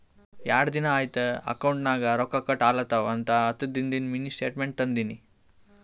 ಯಾಡ್ ದಿನಾ ಐಯ್ತ್ ಅಕೌಂಟ್ ನಾಗ್ ರೊಕ್ಕಾ ಕಟ್ ಆಲತವ್ ಅಂತ ಹತ್ತದಿಂದು ಮಿನಿ ಸ್ಟೇಟ್ಮೆಂಟ್ ತಂದಿನಿ